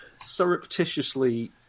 surreptitiously